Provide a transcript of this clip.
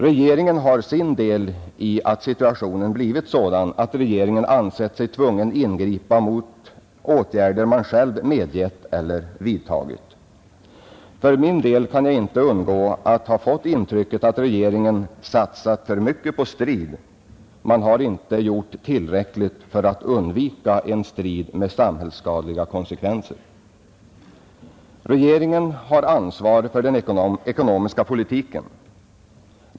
Regeringen har sin del i att situationen blivit sådan, att regeringen ansett sig tvungen ingripa mot åtgärder man själv medgett eller vidtagit. För min del kan jag inte undgå att ha fått intrycket att regeringen satsat för mycket på strid. Man har inte gjort tillräckligt för att undvika en strid med dess samhällsskadliga konsekvenser. Regeringen har ansvar för den ekonomiska politiken.